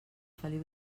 feliu